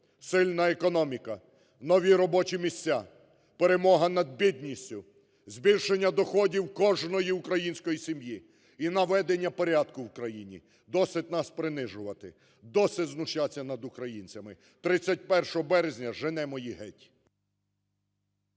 сильна економіка, нові робочі місця, перемога над бідністю, збільшення доходів кожної української сім'ї і наведення порядку в країні. Досить нас принижувати, досить знущатися над українцями! 31 березня женемо їх геть.